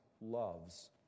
Loves